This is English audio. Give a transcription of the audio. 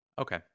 okay